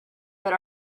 but